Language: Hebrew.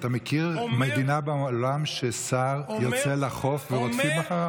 אתה מכיר מדינה בעולם שבה שר יוצא לחוף ורודפים אחריו?